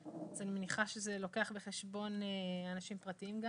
אני מניחה שזה לוקח בחשבון גם אנשים פרטיים.